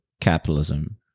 capitalism